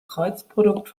kreuzprodukt